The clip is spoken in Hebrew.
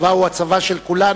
הצבא הוא הצבא של כולנו,